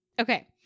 Okay